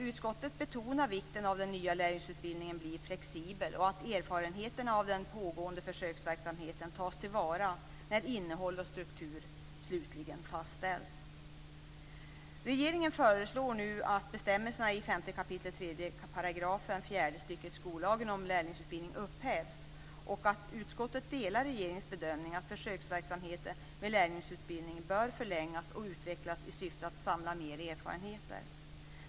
Utskottet betonar vikten av att den nya lärlingsutbildningen blir flexibel och att erfarenheterna av den pågående försöksverksamheten tas till vara när innehåll och struktur slutligen fastställs. 5 kap. 3 § fjärde stycket skollagen om lärlingsutbildning upphävs. Utskottet delar regeringens bedömning att försöksverksamheten med lärlingsutbildning bör förlängas och utvecklas i syfte att samla mer erfarenheter.